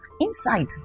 Inside